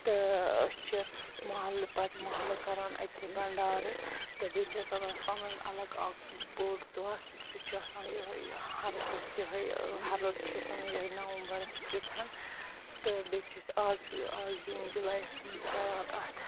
تہٕ أسۍ چھِ مَحلہٕ پتہٕ مَحلہٕ کَران اتہِ بَنڈارٕ تہٕ بییہِ چھُ اسہِ آسان پَنُن الگ اَکھ بوٚڑ دۄہ سُہ چھُ آسان یُہوٚے ہَردَس یُہوٚے ہَرُد چھِ أسۍ وَنان یُہوٚے نَوَمبَرَس کِیُتھ تہٕ بییہِ چھِ اسہِ آز آز جوٗن جُلایَس منٛز کَران اَتھ